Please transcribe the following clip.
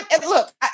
look